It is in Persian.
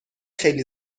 خیلی